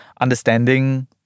understanding